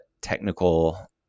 technical